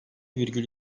virgül